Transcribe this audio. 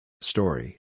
Story